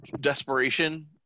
desperation